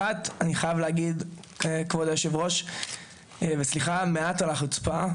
אחת אני חייב להגיד כבוד היו"ר סליחה מעט על החוצפה,